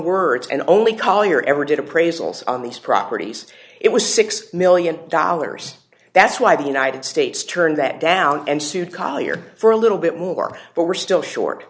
words and only collier ever did appraisals on these properties it was six million dollars that's why the united states turned that down and sued collier for a little bit more but we're still short